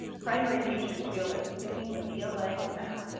primary teachers feel that sticking with ela and math,